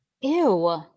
Ew